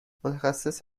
متخصص